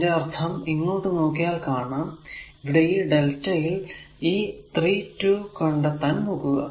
അതിന്റെ അർത്ഥം ഇങ്ങോട്ടു നോക്കിയാൽ കാണാം ഇവിടെ ഈ lrmΔ യിൽ ഈ 3 2 കണ്ടെത്താൻ നോക്കുക